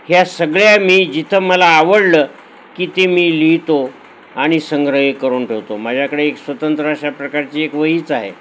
ह्या सगळ्या मी जिथं मला आवडलं की ते मी लिहितो आणि संग्रही करून ठेवतो माझ्याकडे एक स्वतंत्र अशा प्रकारची एक वहीच आहे